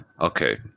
Okay